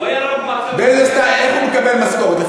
הוא היה רב מועצה, בינתיים איך הוא מקבל משכורת?